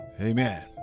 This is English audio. Amen